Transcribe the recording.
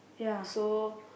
so